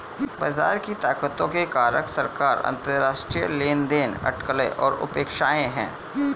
बाजार की ताकतों के कारक सरकार, अंतरराष्ट्रीय लेनदेन, अटकलें और अपेक्षाएं हैं